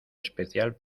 especial